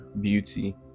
beauty